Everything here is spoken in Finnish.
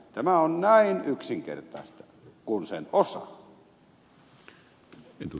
tämä on on näin yksinkertaista kun sen osaa